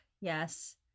yes